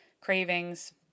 cravings